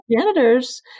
janitors